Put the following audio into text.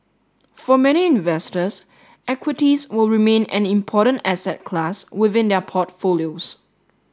for many investors equities will remain an important asset class within their portfolios